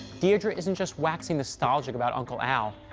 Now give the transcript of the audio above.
deirdre isn't just waxing nostalgic about uncle al.